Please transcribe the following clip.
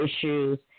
issues